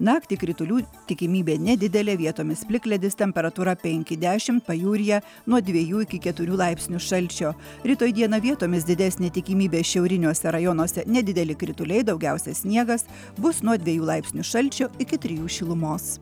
naktį kritulių tikimybė nedidelė vietomis plikledis temperatūra penki dešim pajūryje nuo dviejų iki keturių laipsnių šalčio rytoj dieną vietomis didesnė tikimybė šiauriniuose rajonuose nedideli krituliai daugiausia sniegas bus nuo dviejų laipsnių šalčio iki trijų šilumos